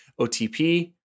OTP